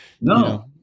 No